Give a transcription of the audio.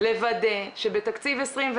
לוודא שבתקציב 2021,